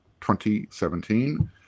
2017